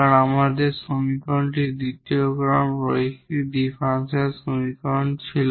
কারণ আমাদের সমীকরণটি দ্বিতীয় অর্ডার লিনিয়ার ডিফারেনশিয়াল সমীকরণ ছিল